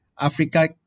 Africa